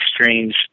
strange